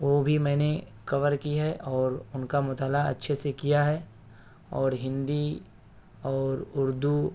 وہ بھی میں نے کور کی ہے اور ان کا مطالعہ اچھے سے کیا ہے اور ہندی اور اردو